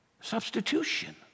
substitution